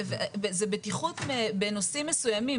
זה בטיחות בנושאים מסוימים.